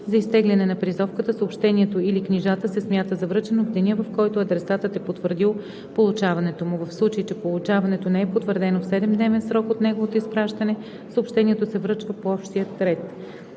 за изтегляне на призовката, съобщението или книжата, се смята за връчено в деня, в който адресатът е потвърдил получаването му. В случай че получаването не е потвърдено в 7-дневен срок от неговото изпращане, съобщението се връчва по общия ред.“